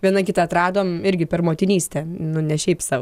viena kitą atradom irgi per motinystę nu ne šiaip sau